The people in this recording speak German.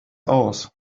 aus